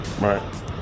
right